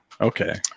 Okay